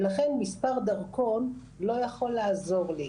ולכן מספר דרכון לא יכול לעזור לי.